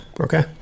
Okay